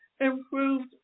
Improved